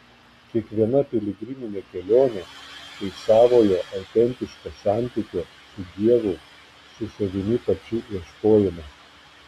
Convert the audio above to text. kiekviena piligriminė kelionė tai savojo autentiško santykio su dievu su savimi pačiu ieškojimas